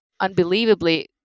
unbelievably